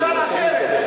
אפשר אחרת,